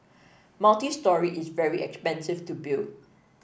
multistory is very expensive to build